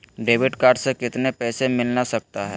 Debit card से कितने पैसे मिलना सकता हैं?